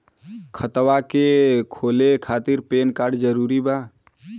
खतवा के खोले खातिर पेन कार्ड जरूरी बा?